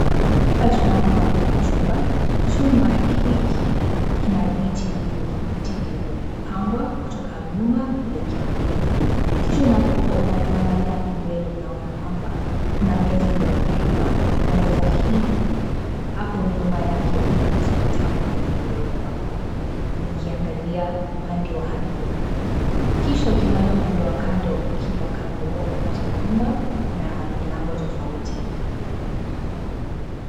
Hapa tunaona kuna chumba, chumba hiki kina viti vingi, viti vilivyo pangwa kutoka nyuma kwelekea mbele kisha unavyoangalia hapo mbele unaona kwamba kuna meza iliyoandaliwa na meza hili hapo nyuma yake kuna viti vitano vilivyo wekwa vikiangalia upande wa hadhilra kisha ukiangalia upande wa kando kila kando unapata kwamba kuna milango tofauti.